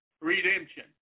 redemption